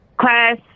class